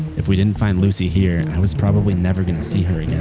if we didn't find lucy here, i was probably never going to see her you know